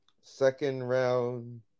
second-round